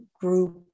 group